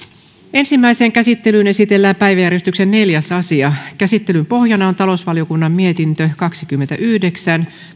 ensimmäiseen käsittelyyn esitellään päiväjärjestyksen neljäs asia käsittelyn pohjana on talousvaliokunnan mietintö kaksikymmentäyhdeksän